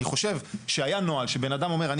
אני חושב שהיה נוהל שבן אדם אומר אני